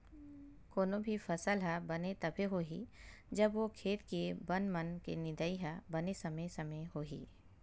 कोनो भी फसल ह बने तभे होही जब ओ खेत के बन मन के निंदई ह बने समे समे होही